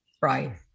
right